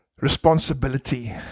responsibility